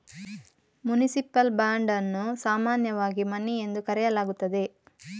municipal bond ಅನ್ನು ಸಾಮಾನ್ಯವಾಗಿ money ಎಂದು ಕರೆಯಲಾಗುತ್ತದೆ